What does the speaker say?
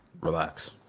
relax